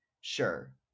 sure